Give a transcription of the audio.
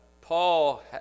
Paul